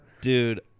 Dude